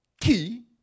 key